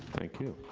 thank you.